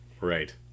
right